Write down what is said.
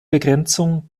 begrenzung